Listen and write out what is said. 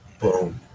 boom